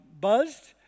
buzzed